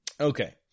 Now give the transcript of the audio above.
Okay